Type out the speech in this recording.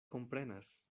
komprenas